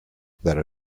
there